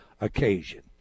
occasion